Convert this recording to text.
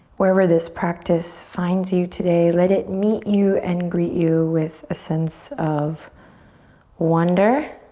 wherever this practice finds you today, let it meet you and greet you with a sense of wonder,